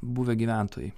buvę gyventojai